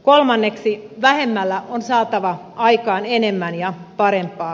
kolmanneksi vähemmällä on saatava aikaan enemmän ja parempaa